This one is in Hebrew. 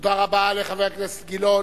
תודה רבה לחבר הכנסת גילאון.